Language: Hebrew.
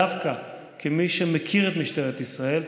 דווקא כמי שמכיר את משטרת ישראל,